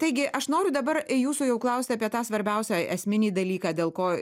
taigi aš noriu dabar jūsų jau klausti apie tą svarbiausią esminį dalyką dėl ko